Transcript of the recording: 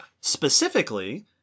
Specifically